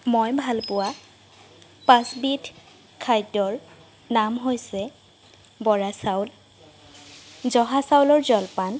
মই ভাল পোৱা পাঁচবিধ খাদ্যৰ নাম হৈছে বৰা চাউল জহা চাউলৰ জলপান